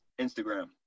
Instagram